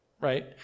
right